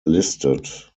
listed